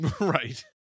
right